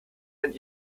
denn